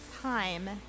time